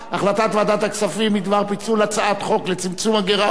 החלטת ועדת הכספים בדבר פיצול הצעת חוק לצמצום הגירעון